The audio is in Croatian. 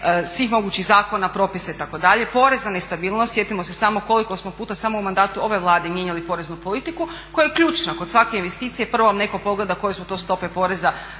svih mogućih zakona, propisa itd., porezna nestabilnost, sjetimo se samo koliko smo puta samo u mandatu ove Vlade mijenjali poreznu politiku koja je ključna kod svake investicije. Prvo vam netko pogleda koje su to stope poreza